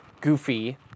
goofy